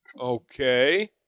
Okay